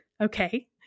okay